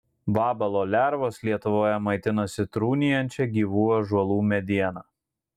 vabalo lervos lietuvoje maitinasi trūnijančia gyvų ąžuolų mediena